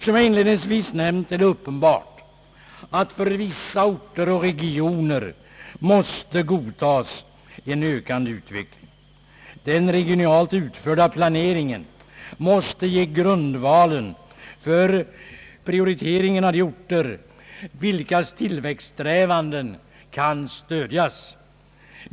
Som jag inledningsvis nämnde är det uppenbart att för vissa orter och regioner måste godtas en ökande utveckling. Den regionalt utförda planeringen måste ge grundval för prioriteringen av de orter vilkas tillväxtsträvanden kan stödjas.